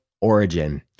origin